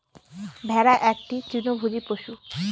ভেড়া একটি তৃণভোজী পশু